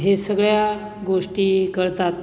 हे सगळ्या गोष्टी कळतात